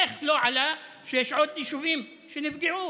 איך לא עלה שיש עוד יישובים שנפגעו?